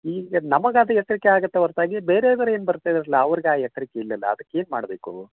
ಈಗ ನಮಗೆ ಅದು ಎಚ್ಚರಿಕೆ ಆಗುತ್ತೆ ಹೊರ್ತಾಗಿ ಬೇರೆ ಅವರು ಏನು ಬರ್ತಾ ಇದಾರಲ್ಲ ಅವ್ರಿಗೆ ಆ ಎಚ್ಚರಿಕೆ ಇಲ್ಲಿಲ್ಲ ಅದಕ್ಕೆ ಏನು ಮಾಡಬೇಕು